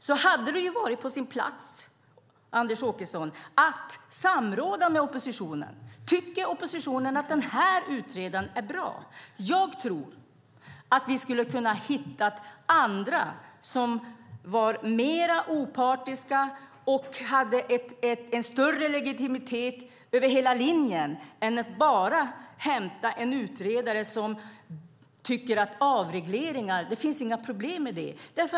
Då hade det varit på sin plats, Anders Åkesson, att samråda med oppositionen om huruvida vi tyckte att denne utredare var bra. Jag tror att vi hade kunnat hitta andra som var mer opartiska och hade en större legitimitet över hela linjen. Nu hämtade regeringen en utredare som tycker att det inte finns några problem med avregleringar.